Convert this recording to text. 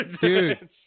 Dude